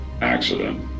accident